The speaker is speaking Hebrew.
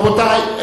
רבותי,